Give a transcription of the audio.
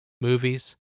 movies